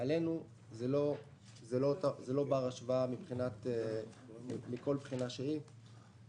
זה לא בר השוואה אלינו מכל בחינה שהיא.